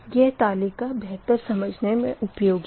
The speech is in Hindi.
यह तालिका बेहतर समझने मे उपयोगी है